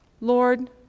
Lord